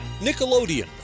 Nickelodeon